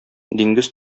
диңгез